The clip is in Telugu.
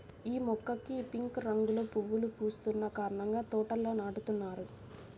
యీ మొక్కకి పింక్ రంగులో పువ్వులు పూస్తున్న కారణంగా తోటల్లో నాటుతున్నారు